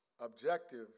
objective